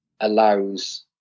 allows